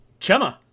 Chema